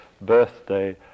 birthday